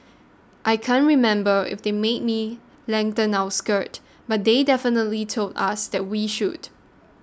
I can't remember if they made me lengthen our skirt but they definitely told us that we should